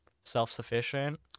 Self-sufficient